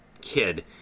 kid